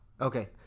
Okay